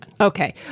Okay